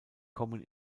kommen